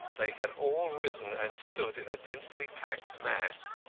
they had all risen and stood in a densely packed mass.